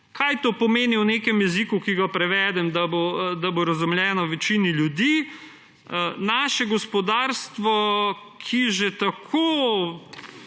Kaj to pomeni v nekem jeziku, ki ga prevedem, da bo razumljeno večini ljudi? Naše gospodarstvo, ki je že tako